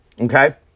Okay